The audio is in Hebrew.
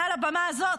מעל הבמה הזאת,